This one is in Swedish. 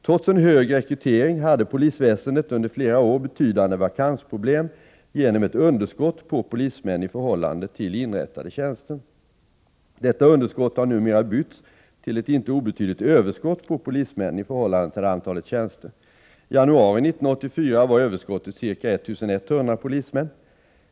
Trots en hög rekrytering hade polisväsendet under flera år betydande vakansproblem genom ett underskott på polismän i förhållande till inrättade 3 tjänster. Detta underskott har numera bytts till ett inte obetydligt överskott på polismän i förhållande till antalet tjänster. I januari 1984 var överskottet ca 1 100 polismän.